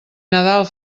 nadal